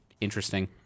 interesting